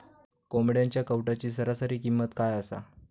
कोंबड्यांच्या कावटाची सरासरी किंमत काय असा?